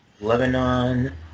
Lebanon